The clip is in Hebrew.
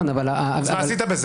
אז מה עשית בזה?